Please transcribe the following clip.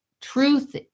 truth